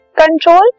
control